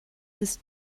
ist